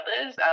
others